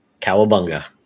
cowabunga